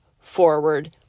forward